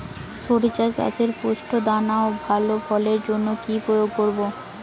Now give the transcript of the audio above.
শরিষা চাষে পুষ্ট দানা ও ভালো ফলনের জন্য কি প্রয়োগ করব?